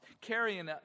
carrying